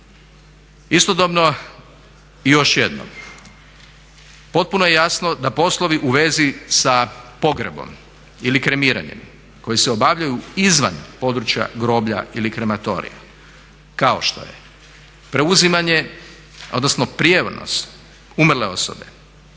Istodobno i još jednom, potpuno je jasno da poslovi uvezi sa pogrebom ili kremiranjem koji su obavljaju izvan područja groblja ili krematorija kao što je preuzimanje, odnosno prijenos umrle osobe,